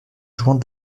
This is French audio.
jouant